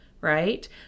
right